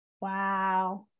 Wow